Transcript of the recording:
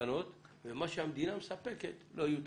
תקנות ומה שהמדינה מספקת, לא יהיו תקנות.